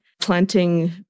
planting